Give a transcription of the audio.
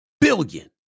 billion